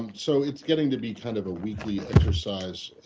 so it's getting to be kind of a weekly exercise